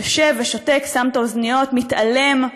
יושב ושותק, שם את האוזניות, מתעלם.